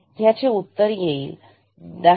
ह्याचे उत्तर येणार 10